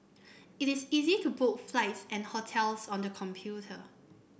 it is easy to book flights and hotels on the computer